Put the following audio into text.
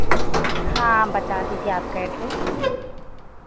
हाँ बता दीजिए आपका एड्रेस